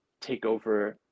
takeover